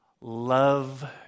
love